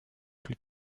plus